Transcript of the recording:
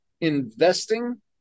investing